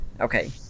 okay